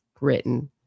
written